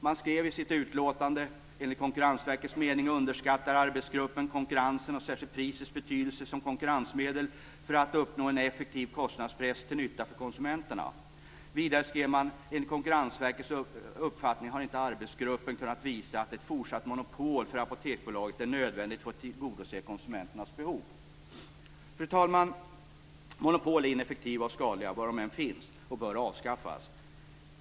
Man skrev i sitt utlåtande: "Enligt Konkurrensverkets mening underskattar arbetsgruppen konkurrensens och särskilt prisets betydelse som konkurrensmedel för att uppnå en effektiv kostnadspress till nytta för konsumenterna." Vidare skrev man: "Enligt Konkurrensverkets uppfattning har inte arbetsgruppen kunnat visa att ett fortsatt monopol för Apoteksbolaget är nödvändigt för att tillgodose konsumenternas behov." Fru talman! Monopol är ineffektiva och skadliga var de än finns och bör avskaffas.